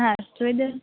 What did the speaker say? હા જોઈ દયોને